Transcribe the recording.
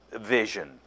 vision